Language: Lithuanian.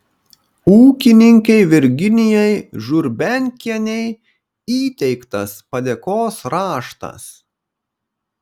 ūkininkei virginijai žurbenkienei įteiktas padėkos raštas